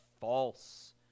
False